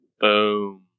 Boom